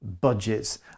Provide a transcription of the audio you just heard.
budgets